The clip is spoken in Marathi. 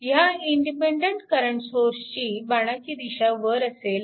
ह्या इंडिपेन्डन्ट करंट सोर्सची बाणाची दिशा वर असेल